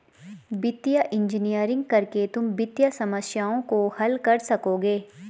वित्तीय इंजीनियरिंग करके तुम वित्तीय समस्याओं को हल कर सकोगे